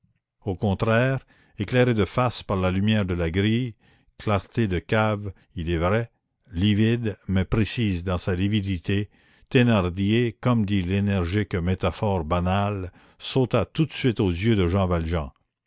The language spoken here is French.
au contraire éclairé de face par la lumière de la grille clarté de cave il est vrai livide mais précise dans sa lividité thénardier comme dit l'énergique métaphore banale sauta tout de suite aux yeux de jean valjean